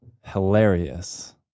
hilarious